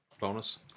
bonus